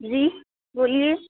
जी बोलिए